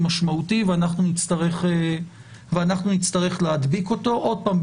משמעותי ואנחנו נצטרך להדביק אותו עוד פעם,